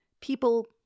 people